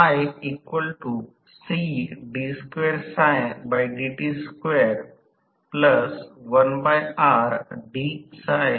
येथे Pm समीकरण 21 1 S PG PG हे हवेच्या अंतराच्या शक्ती आहे आणि p v हे यांत्रिक उर्जा उत्पादन 1 S PG आहे